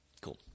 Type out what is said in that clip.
cool